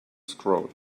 scroll